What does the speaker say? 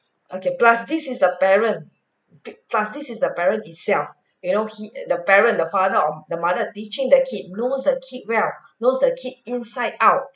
okay plus this is the parent plus this the parent itself you know he the parent the father or the mother teaching the kid knows the kid well knows the kid inside out